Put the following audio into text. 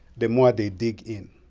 the more they dig in.